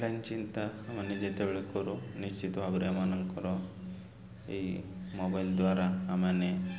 online ଚିନ୍ତା ଆମେ ଯେତେବେଳେ କରୁ ନିଶ୍ଚିତ ଭାବରେ ଏମାନଙ୍କର ଏଇ ମୋବାଇଲ୍ ଦ୍ୱାରା ଆମମାନେ